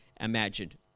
imagined